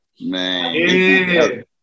Man